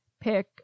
pick